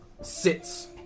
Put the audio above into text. sits